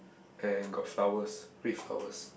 and got flowers red flowers